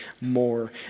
more